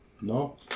No